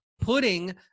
putting